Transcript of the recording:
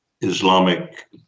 Islamic